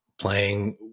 playing